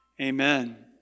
Amen